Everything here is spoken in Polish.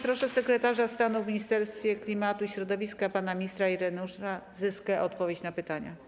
Proszę sekretarza stanu w Ministerstwie Klimatu i Środowiska pana ministra Ireneusza Zyskę o odpowiedź na pytania.